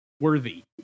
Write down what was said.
worthy